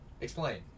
Explain